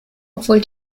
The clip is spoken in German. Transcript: obwohl